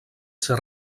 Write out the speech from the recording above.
ser